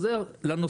עכשיו אני חוזר לנושא.